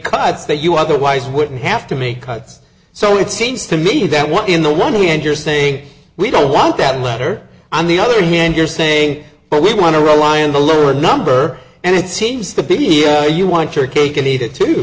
that you otherwise wouldn't have to make cuts so it seems to me that what in the one hand you're saying we don't want that letter on the other hand you're saying we want to rely on the lower number and it seems the big you want your cake and eat it too